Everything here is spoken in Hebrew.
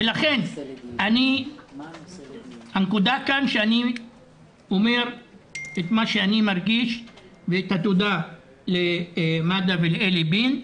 לכן הנקודה כאן שאני אומר את מה שאני מרגיש ואת התודה למד"א ולאלי בין,